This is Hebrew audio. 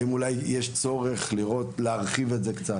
האם אולי יש צורך להרחיב את זה קצת?